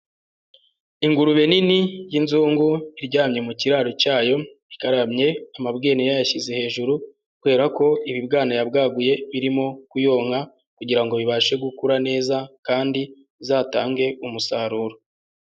Ingurube nini y'inzungu, iryamye mu kiraro cyayo, igaramye, amabwene yayashyize hejuru kubera ko ibibwana yabwaguye birimo kuyonka kugira ngo bibashe gukura neza kandi bizatange umusaruro.